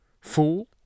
Fool